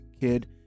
kid